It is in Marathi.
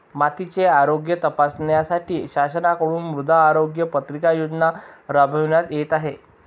मातीचे आरोग्य तपासण्यासाठी शासनाकडून मृदा आरोग्य पत्रिका योजना राबविण्यात येत आहे